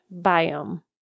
biome